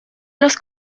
los